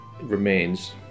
remains